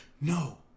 no